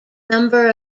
number